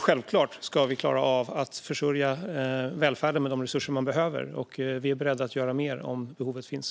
Självklart ska vi klara av att försörja välfärden med de resurser den behöver, och vi är beredda att göra mer framöver om behovet finns.